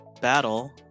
battle